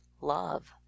love